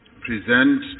present